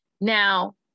Now